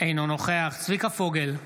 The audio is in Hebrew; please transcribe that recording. אינו נוכח צביקה פוגל,